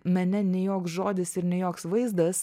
mene nei joks žodis ir nei joks vaizdas